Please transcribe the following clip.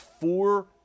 four